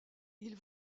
ils